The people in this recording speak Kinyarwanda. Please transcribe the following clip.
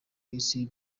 iminsi